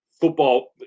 football